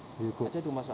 do you cook